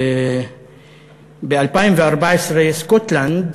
ב-2014, סקוטלנד